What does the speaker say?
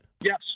Yes